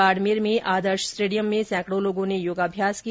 बाडमेर में आदर्श स्टेडियम में सैकंडो लोगों ने योगाभ्यास किया